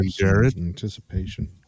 Anticipation